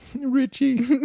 Richie